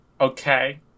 Okay